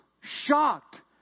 shocked